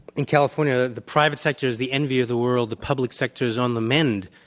in california, the private sector is the envy of the world. the public sector is on the mend.